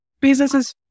Businesses